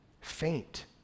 faint